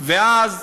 ואז,